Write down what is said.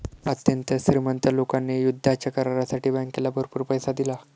अत्यंत श्रीमंत लोकांनी युद्धाच्या करारासाठी बँकेला भरपूर पैसा दिला